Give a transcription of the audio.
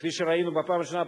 כפי שראינו בפעם הראשונה,